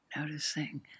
noticing